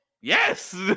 yes